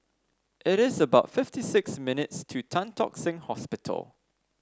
it is about fifty six minutes' to Tan Tock Seng Hospital